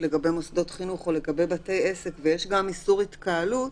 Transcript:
לגבי מוסדות חינוך או לבתי עסק ואיסור התקהלות.